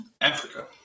Africa